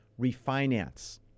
refinance